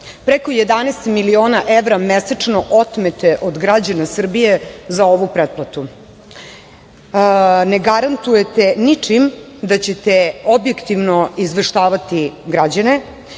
Preko 11 miliona evra mesečno otmete od građana Srbije za ovu pretplatu. Ne garantujete ničim da ćete objektivno izveštavati građane